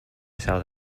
south